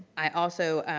i also.